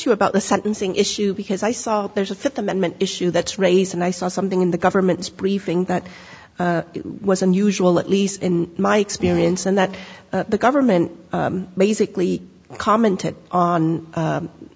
you about the sentencing issue because i saw there's a fifth amendment issue that's raised and i saw something in the government's briefing that was unusual at least in my experience and that the government basically commented on